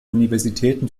universitäten